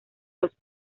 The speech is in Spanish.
los